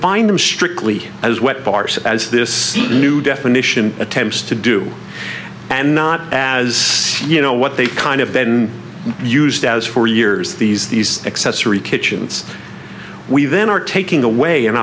fine them strictly as wet bars as this new definition attempts to do and not as you know what they've kind of been used as four years these these accessory kitchens we then are taking away an